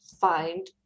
find